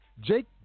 Jake